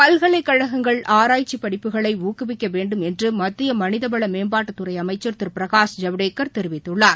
பல்கலைக்கழகங்கள் ஆராய்ச்சி படிப்புகளை ஊக்குவிக்க வேண்டும் என்று மத்திய மனிதவள மேம்பாட்டு துறை அமைச்சர் திரு பிரகாஷ் ஜவ்டேகர் தெரிவித்துள்ளார்